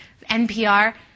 NPR